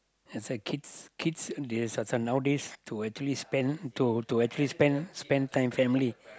that's why kids kids these nowadays to actually spend to to actually spend spend time family